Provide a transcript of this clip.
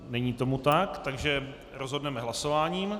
Není tomu tak, takže rozhodneme hlasováním.